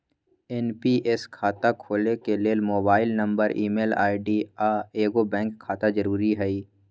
NPS खता खोले के लेल मोबाइल नंबर, ईमेल आई.डी, आऽ एगो बैंक खता जरुरी हइ